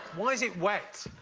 why is it wet?